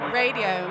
radio